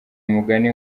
umugani